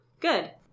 Good